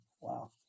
Wow